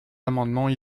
amendements